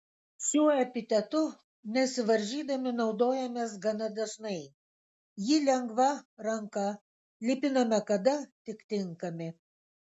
šiuo epitetu nesivaržydami naudojamės gana dažnai jį lengva ranka lipiname kada tik tinkami